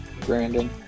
brandon